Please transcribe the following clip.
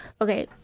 Okay